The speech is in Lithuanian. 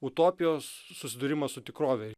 utopijos susidūrimas su tikrove